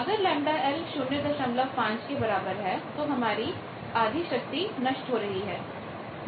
अगर ΓL 05 के बराबर है तो हमारी आधी शक्ति नष्ट हो रही है